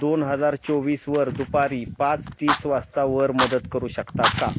दोन हजार चोवीसवर दुपारी पाच तीस वाजतावर मदत करू शकता का